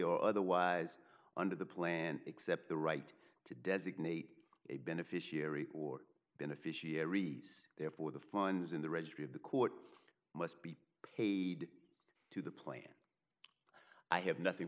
or otherwise under the plan except the right to designate a beneficiary or beneficiaries therefore the funds in the registry of the court must be paid to the plant i have nothing